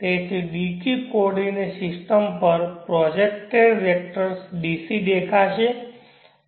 તેથી dq coordinate system પર projected vectors dc દેખાશે